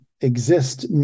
exist